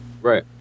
right